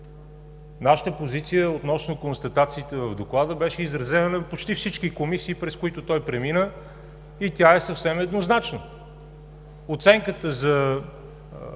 Нашата позиция относно констатациите в Доклада беше изразена на заседанията на почти всички комисии, през които той премина, и тя е съвсем еднозначна. Оценката за